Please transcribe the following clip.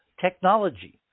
technology